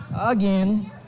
again